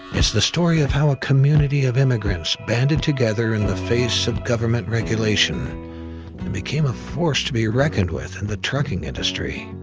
it's the story of how a community of immigrants banded together in the face of government regulation and became a force to be reckoned with in the trucking industry,